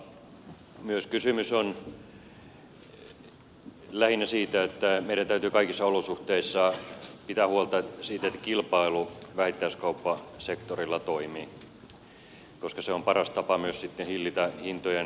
kysymys on myös lähinnä siitä että meidän täytyy kaikissa olosuhteissa pitää huolta siitä että kilpailu vähittäiskauppasektorilla toimii koska se on paras tapa myös sitten hillitä hintojen nousua